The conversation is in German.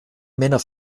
männer